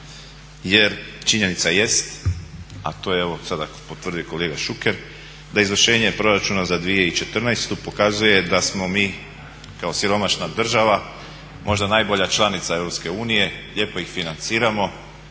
Jer činjenica jest, a to je evo sada potvrdio kolega Šuker, da izvršenje Proračuna za 2014. pokazuje da smo mi kao siromašna država možda najbolja članica EU, lijepo ih financiramo